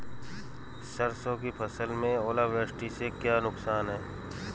सरसों की फसल में ओलावृष्टि से क्या नुकसान है?